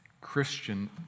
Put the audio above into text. Christian